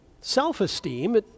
self-esteem